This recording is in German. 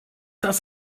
das